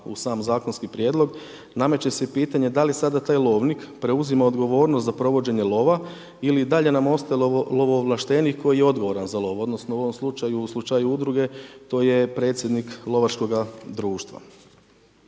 u sam zakonski prijedlog, nameće se pitanje da li sada taj lovnik preuzima odgovornost za provođenje lova ili i dalje nam ostalo lovo ovlaštenik koji je odgovoran za lov odnosno u ovom slučaju, u slučaju udruge, to je predsjednik lovačkog društva.